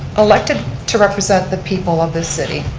elected to represent the people of this city,